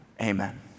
Amen